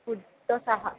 ఫుడ్తో సహా